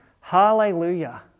Hallelujah